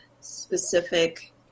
specific